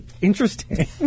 Interesting